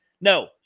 No